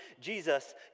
Jesus